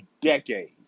decade